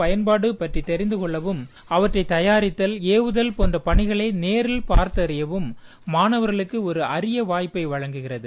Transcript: பயன்பாடு பற்றி தெரிந்து கொள்ளவும் அவற்றை தயாரித்தல் ஏவுதல் போன்ற பணிகளை நேரில் பார்த்து அறியவும் மாணவர்களுக்கு இது அரிய வாய்ப்பை வழங்கியுள்ளது